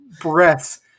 breaths